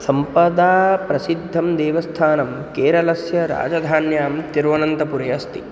सम्पदा प्रसिद्धं देवस्थानं केरलस्य राजधान्यां तिरुवनन्तपुरे अस्ति